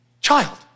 child